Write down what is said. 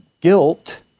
guilt